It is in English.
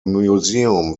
museum